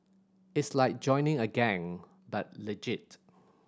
it's like joining a gang but legit